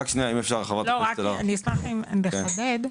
אני אשמח אם תחדד,